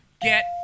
get